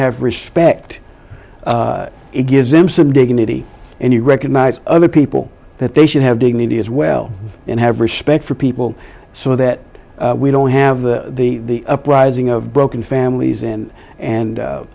have respect it gives them some dignity and you recognise other people that they should have dignity as well and have respect for people so that we don't have the the uprising of broken families and and